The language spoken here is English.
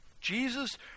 Jesus